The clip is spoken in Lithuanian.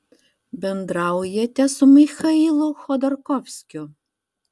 bendraujate su michailu chodorkovskiu